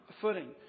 footing